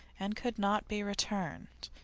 and could not be returned.